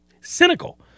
cynical